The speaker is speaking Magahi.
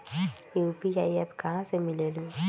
यू.पी.आई एप्प कहा से मिलेलु?